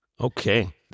Okay